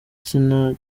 gitsina